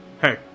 Hey